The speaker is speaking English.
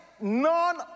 none